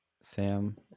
Sam